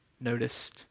noticed